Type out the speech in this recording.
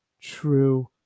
true